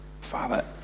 Father